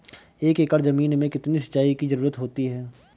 एक एकड़ ज़मीन में कितनी सिंचाई की ज़रुरत होती है?